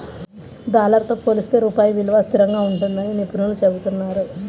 dollar తో పోలిస్తే రూపాయి విలువ స్థిరంగా ఉంటుందని నిపుణులు చెబుతున్నారు